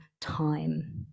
time